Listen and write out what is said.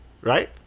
right